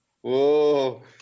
Whoa